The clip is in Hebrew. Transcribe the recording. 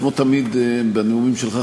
כמו תמיד בנאומים שלך,